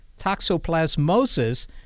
toxoplasmosis